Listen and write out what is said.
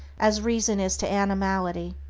as reason is to animality.